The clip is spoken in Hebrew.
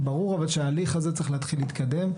ברור אבל שההליך הזה צריך להתחיל להתקדם,